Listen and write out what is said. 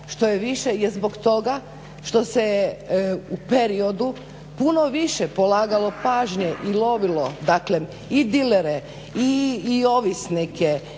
što je više je zbog toga što se u periodu puno više polagalo pažnje i lovilo dakle i dilere i ovisnike